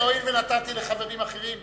הואיל ונתתי לחברים אחרים,